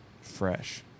Fresh